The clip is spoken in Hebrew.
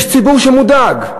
יש ציבור שמודאג,